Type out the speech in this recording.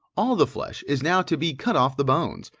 all the flesh is now to be cut off the bones,